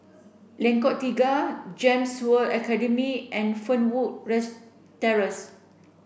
Lengkong Tiga GEMS World Academy and Fernwood Terrace